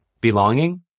belonging